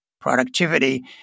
productivity